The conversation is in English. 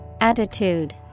Attitude